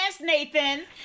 nathan